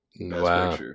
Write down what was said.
wow